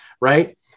Right